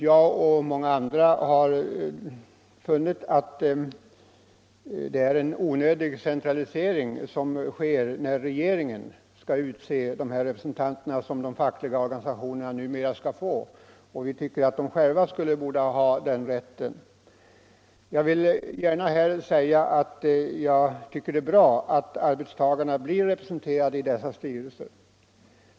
Jag och många andra har funnit att det är en onödig centralisering att regeringen utser de representanter som de fackliga organisationerna numera skall ha i föreningsstyrelserna. Vi anser att organisationerna själva borde ha den rätten. Jag tycker det är bra att arbetstagarna blir representerade i dessa styrelser.